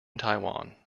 taiwan